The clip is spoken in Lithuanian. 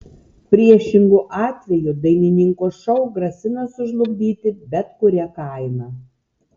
priešingu atveju dainininko šou grasina sužlugdyti bet kuria kaina